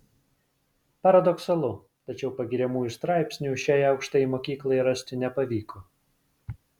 paradoksalu tačiau pagiriamųjų straipsnių šiai aukštajai mokyklai rasti nepavyko